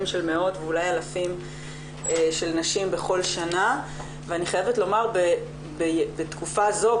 של מאות ואולי אלפים של נשים בכל שנה ואני חייבת לומר בתקופה זו,